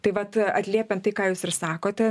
tai vat atliepiant tai ką jūs ir sakote